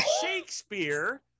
Shakespeare